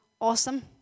awesome